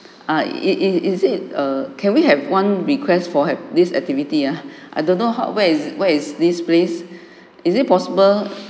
uh is is is it err can we have one request for have this activity ah I don't know how where is where is this place is it possible